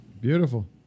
beautiful